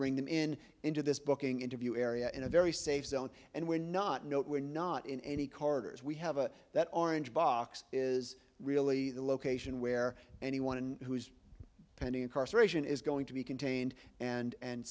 bring him in into this booking interview area in a very safe zone and we're not no we're not in any corridors we have a that orange box is really the location where anyone who's pending incarceration is going to be contained and